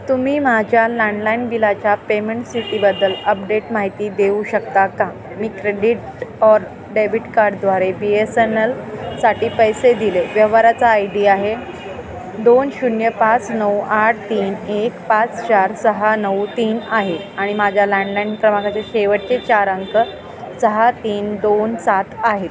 तुम्ही माझ्या लँडलाईन बिलाच्या पेमेंट स्थितीबद्दल अपडेट माहिती देऊ शकता का मी क्रेडिट ऑर डेबिट कार्डद्वारे बी एस एन एलसाठी पैसे दिले व्यवहाराचा आय डी आहे दोन शून्य पाच नऊ आठ तीन एक पाच चार सहा नऊ तीन आहे आणि माझ्या लँडलाईन क्रमांकाचे शेवटचे चार अंक सहा तीन दोन सात आहेत